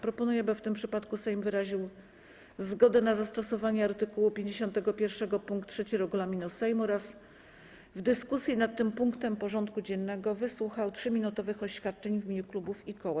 Proponuję, aby w tym przypadku Sejm wyraził zgodę na zastosowanie art. 51 pkt 3 regulaminu Sejmu oraz w dyskusji nad tym punktem porządku dziennego wysłuchał 3-minutowych oświadczeń w imieniu klubów i koła.